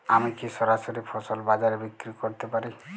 আমি কি সরাসরি ফসল বাজারে বিক্রি করতে পারি?